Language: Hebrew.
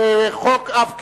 בחוק עב כרס.